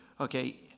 okay